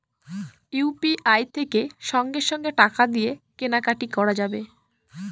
UPI থেকে সঙ্গে সঙ্গে টাকা দিয়ে কেনা কাটি করা যাবে